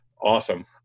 awesome